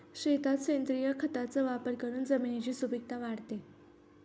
शेतात सेंद्रिय खताचा वापर करून जमिनीची सुपीकता वाढते